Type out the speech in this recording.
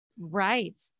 Right